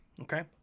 Okay